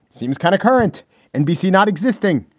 seems kind of current nbc not existing,